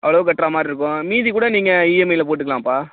அவ்வளோக்கு கட்டுற மாதிரி இருக்கும் மீதி கூட நீங்கள் இஎம்ஐயில் போட்டுக்கலாம்பா